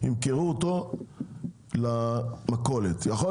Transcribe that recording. ימכרו במחיר זה למכולות.